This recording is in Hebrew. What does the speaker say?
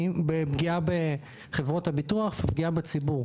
פגיעה בחברות הביטוח ופגיעה בציבור.